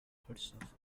herself